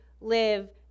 live